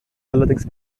allerdings